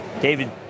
David